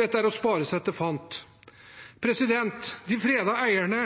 Dette er å spare seg til fant. De fredede eierne har lenge argumentert – og jeg sier: de fredede eierne